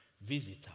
visitor